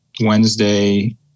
Wednesday